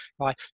right